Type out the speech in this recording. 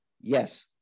yes